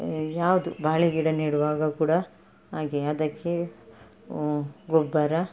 ಯಾವುದು ಬಾಳೆ ಗಿಡ ನೆಡುವಾಗ ಕೂಡ ಹಾಗೆಯೇ ಅದಕ್ಕೆ ಗೊಬ್ಬರ